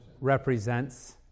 Represents